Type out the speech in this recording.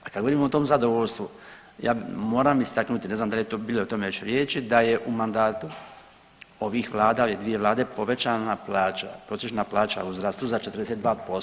A kad govorimo o tom zadovoljstvu ja moram istaknuti, ne znam dal je bilo o tome već riječi da je u mandatu ovih vlada, dvije vlade povećana plaća, prosječna plaća u zdravstvu za 42%